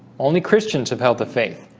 only christians have held the faith.